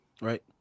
right